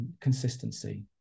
consistency